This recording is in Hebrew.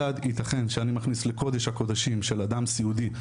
הכיצד יתכן שאני מכניס לקודש הקודשים של אדם סיעודי,